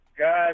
guys